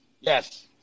Yes